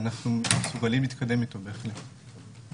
ואנחנו מסוגלים להתקדם איתו, בהחלט.